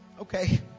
Okay